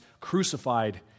crucified